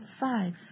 five